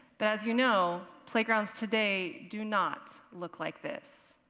but as you know, playgrounds today do not look like this.